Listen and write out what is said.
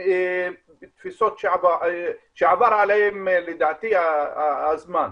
תפיסות שעבר עליהן, לדעתי, הזמן.